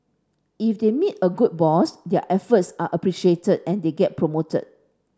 if they meet a good boss their efforts are appreciated and they get promoted